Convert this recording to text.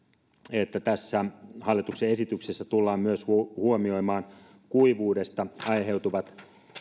että tässä hallituksen esityksessä tullaan myös huomioimaan kuivuudesta aiheutuvat